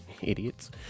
idiots